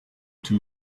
too